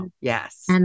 Yes